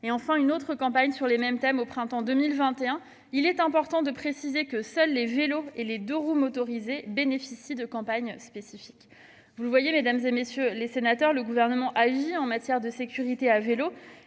lancé une autre campagne sur les mêmes thèmes au printemps 2021. Il est important de préciser que seuls les vélos et les deux-roues motorisés bénéficient de campagnes spécifiques. Vous le voyez, mesdames, messieurs les sénateurs, le Gouvernement agit en matière de sécurité à vélo.